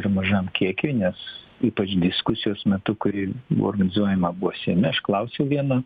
ir mažam kiekiui nes ypač diskusijos metu kuri buvo organizuojama buvo seime aš klausiau vieno